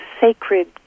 sacred